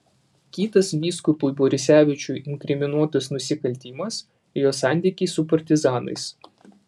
kitas vyskupui borisevičiui inkriminuotas nusikaltimas jo santykiai su partizanais